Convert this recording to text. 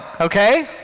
Okay